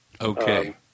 Okay